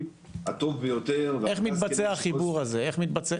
הטוב ביותר --- איך מתבצע החיבור הזה?